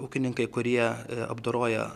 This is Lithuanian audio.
ūkininkai kurie apdoroja